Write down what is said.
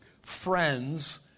friends